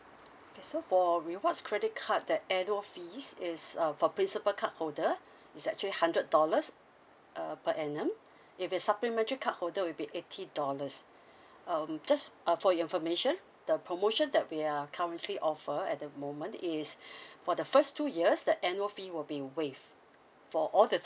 okay so for rewards credit card that annual fees is uh for principle card holder it's actually hundred dollars uh per annum if it's supplementary card holder will be eighty dollars um just uh for your information the promotion that we are currently offer at the moment is for the first two years the annual fee will be waived for all the